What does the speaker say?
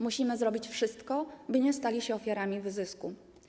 Musimy zrobić wszystko, by nie stali się ofiarami wyzysku.